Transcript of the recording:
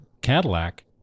Cadillac